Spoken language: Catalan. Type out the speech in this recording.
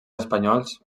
espanyols